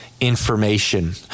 Information